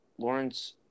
Lawrence